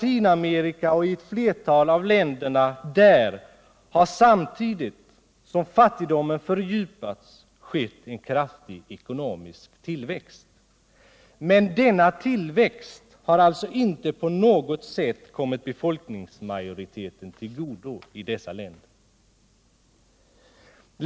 I ett flertal av länderna i Latinamerika har, samtidigt som fattigdomen fördjupats, skett en kraftig ekonomisk tillväxt. Men denna tillväxt har alltså inte på något sätt kommit befolkningsmajoriteten i dessa länder till godo.